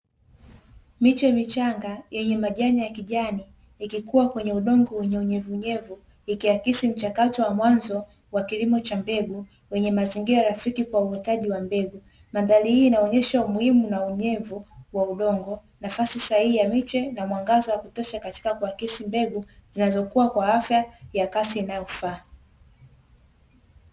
Miche michanga yenye majani ya kijani ikikua kwenye udongo wenye unyevunyevu ikiakisi mchakato wa mwanzo wa kilimo cha mbegu wenye mazingira rafiki kwa uotaji wa mbegu, mandhari hii inaonyesha umuhimu na unyevu wa udongo nafasi sahihi ya miche na mwangaza wa kutosha katika kuakisi mbegu zinazokua kwa afya ya kasi inayofaa.